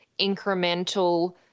incremental